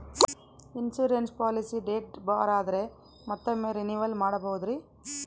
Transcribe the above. Insurance policy date bar ಆದರೆ ಮತ್ತೊಮ್ಮೆ renewal ಮಾಡಬಹುದ್ರಿ?